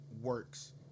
works